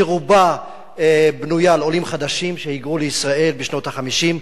שרובה בנויה על עולים חדשים שהיגרו לישראל בשנות ה-50,